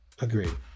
Agreed